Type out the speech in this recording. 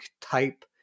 type